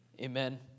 amen